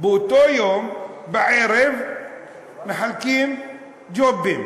באותו יום בערב מחלקים ג'ובים